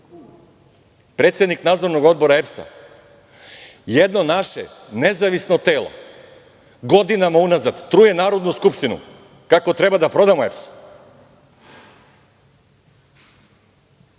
predsednik Nadzornog odbora EPS.Jedno naše nezavisno telo godinama unazad truje Narodnu skupštinu, kako treba da prodamo EPS.